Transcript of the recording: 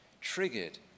triggered